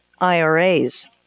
IRAs